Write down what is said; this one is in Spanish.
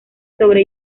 sobre